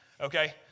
Okay